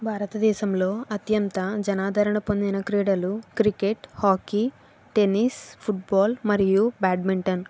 భారతదేశంలో అత్యంత జనాధరణ పొందిన క్రీడలు క్రికెట్ హాకీ టెన్నిస్ ఫుట్బాల్ మరియు బ్యాడ్మింటన్